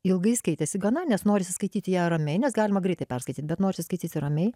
ilgai skaitėsi gana nes norisi skaityti ją ramiai nes galima greitai perskaityt bet norisi skaityti ramiai